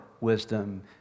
wisdom